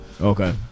Okay